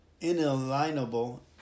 inalienable